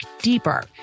deeper